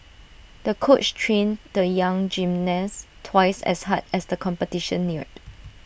the coach trained the young gymnast twice as hard as the competition neared